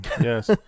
yes